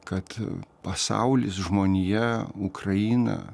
kad pasaulis žmonija ukraina